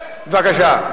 בבקשה.